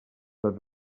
tots